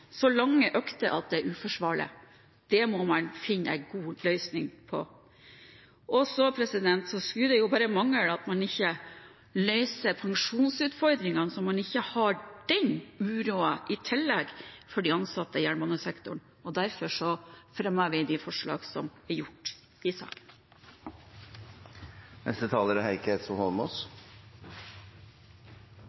så lange økter at det er uforsvarlig. Det må man finne en god løsning på. Og så skulle det bare mangle at man ikke løser pensjonsutfordringene, slik at de ansatte i jernbanesektoren ikke har den uroen i tillegg, og derfor fremmer vi de forslagene som vi har gjort i saken. Det er helt riktig at opposisjonen benytter enhver mulighet til å ta omkamp om jernbanereformen. Det er